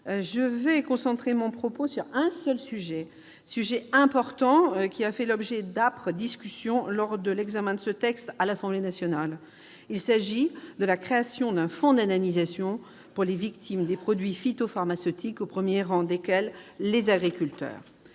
je vais concentrer mon propos sur un seul sujet, important, qui a fait l'objet d'âpres discussions lors de l'examen de ce texte à l'Assemblée nationale. Il s'agit de la création d'un fonds d'indemnisation pour les victimes des produits phytopharmaceutiques, au premier rang desquelles les agriculteurs.